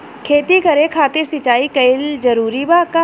खेती करे खातिर सिंचाई कइल जरूरी बा का?